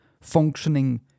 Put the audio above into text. functioning